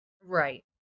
right